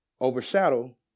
overshadow